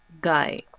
guy